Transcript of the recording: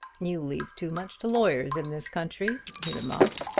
you leave too much to lawyers in this country, he remarked.